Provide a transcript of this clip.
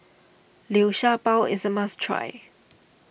Liu Sha Bao is a must try